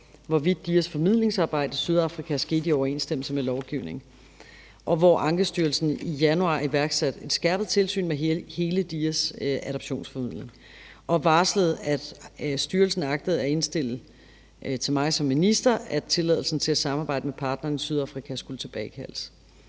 hvorvidt DIA's formidlingsarbejde i Sydafrika skete i overensstemmelse med lovgivningen; og hvor Ankestyrelsen i januar iværksatte et skærpet tilsyn med hele DIA's adoptionsformidling og varslede, at styrelsen agtede at indstille til mig som minister, at tilladelsen til at samarbejde med partneren i Sydafrika skulle tilbagekaldes.